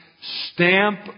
stamp